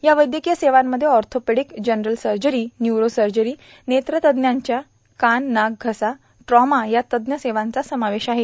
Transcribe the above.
या वैद्यकीय सेवामध्ये orthopaedic general surgery neuro surgery नेत्र तज्ज्ञांच्या कान नाक घसा ट्रॉमा या तज्ज्ञ सेवांचा समावेश आहे